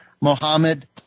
Mohammed